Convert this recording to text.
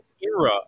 era